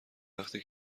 وقتی